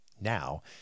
now